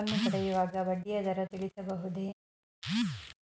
ಸಾಲವನ್ನು ಪಡೆಯುವಾಗ ಬಡ್ಡಿಯ ದರ ತಿಳಿಸಬಹುದೇ?